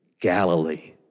Galilee